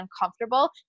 uncomfortable